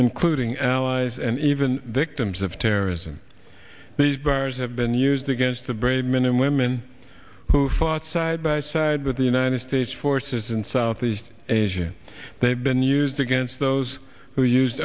including allies and even the dems of terrorism these barriers have been used against the brave men and women who fought side by side with the united states forces in southeast asia they have been used against those who used